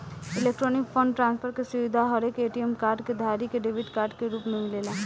electronic fund transfer के सुविधा हरेक ए.टी.एम कार्ड धारी के डेबिट कार्ड के रूप में मिलेला